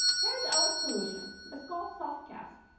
here is our solution. it's called softcast.